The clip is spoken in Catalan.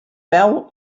peu